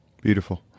Beautiful